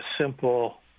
simple